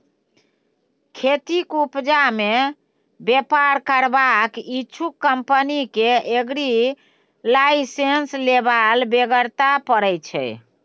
खेतीक उपजा मे बेपार करबाक इच्छुक कंपनी केँ एग्री लाइसेंस लेबाक बेगरता परय छै